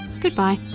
Goodbye